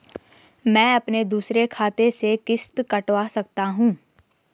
मैं अपने दूसरे खाते से किश्त कटवा सकता हूँ?